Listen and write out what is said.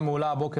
דימונה אושרה השנה,